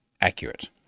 accurate